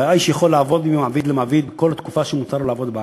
והאיש יכול לעבור ממעביד למעביד כל התקופה שמותר לו לעבוד בארץ.